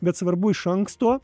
bet svarbu iš anksto